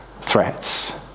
threats